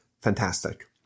Fantastic